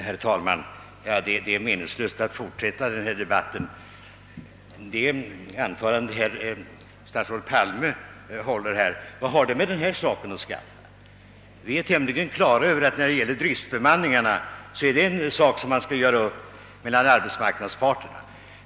Herr talman! Det är meningslöst att fortsätta denna debatt. Vad har det anförande statsrådet hållit med den här saken att skaffa? Vi är på det klara med att driftsbemanningen skall göras upp mellan arbetsmarknadsparterna.